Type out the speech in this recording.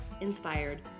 Inspired